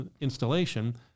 installation